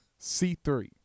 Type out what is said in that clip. C3